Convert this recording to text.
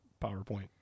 PowerPoint